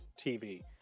TV